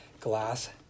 glass